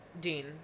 Dean